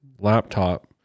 laptop